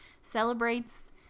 celebrates